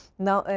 now,